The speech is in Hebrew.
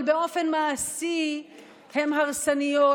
אבל באופן מעשי הן הרסניות,